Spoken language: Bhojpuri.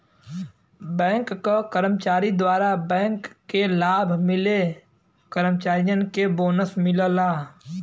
बैंक क कर्मचारी द्वारा बैंक के लाभ मिले कर्मचारियन के बोनस मिलला